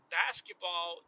basketball